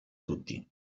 tutti